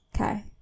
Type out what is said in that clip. Okay